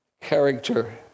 character